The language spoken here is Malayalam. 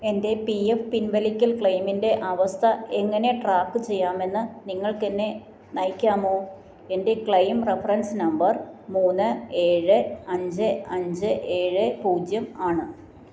എന്റെ പീ എഫ് പിൻവലിക്കൽ ക്ലെയിമിന്റെ അവസ്ഥ എങ്ങനെ ട്രാക്കുചെയ്യാമെന്ന് നിങ്ങൾക്ക് എന്നെ നയിക്കാമോ എന്റെ ക്ലെയിം റഫറൻസ് നമ്പർ മൂന്ന് ഏഴ് അഞ്ച് അഞ്ച് ഏഴ് പൂജ്യം ആണ്